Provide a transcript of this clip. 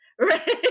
Right